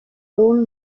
sohn